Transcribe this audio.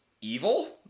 evil